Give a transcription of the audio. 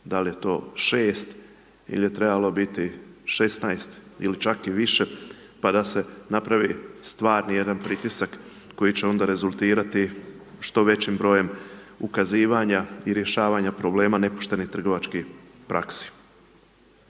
da li je to 6 ili je to trebalo biti 16 ili čak i više, pa da se napravi stvarni jedan pritisak, koji će onda rezultirati što većim brojem ukazivanja i rješavanja problema nepoštene trgovačkih praksi.